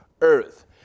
earth